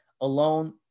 alone